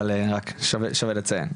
אבל שווה לציין.